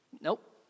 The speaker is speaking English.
Nope